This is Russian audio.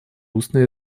устное